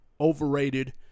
overrated